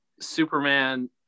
Superman